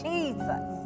Jesus